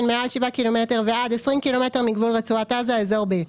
מעל 7 ק"מ ועד 20 ק"מ מגבול רצועת עזה (אזור ב')